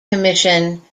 commission